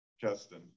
Justin